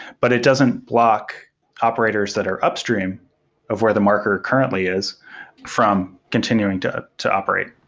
but it doesn't block operators that are upstream of where the marker currently is from continuing to to operate.